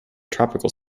tropical